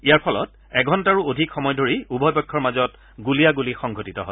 ইয়াৰ ফলত এঘণ্টাৰো অধিক সময় ধৰি উভয় পক্ষৰ মাজত গুলীয়াগুলী সংঘটিত হয়